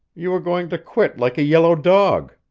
you were going to quit like a yellow dog!